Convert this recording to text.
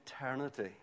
eternity